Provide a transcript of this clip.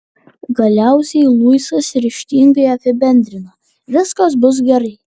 galiausiai luisas ryžtingai apibendrina viskas bus gerai